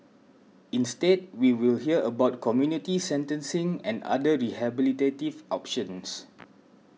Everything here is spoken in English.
instead we will hear about community sentencing and other rehabilitative options